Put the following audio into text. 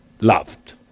loved